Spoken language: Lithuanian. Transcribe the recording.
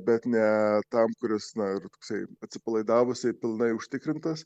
bet ne tam kuris na yra toksai atsipalaidavusiai pilnai užtikrintas